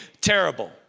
terrible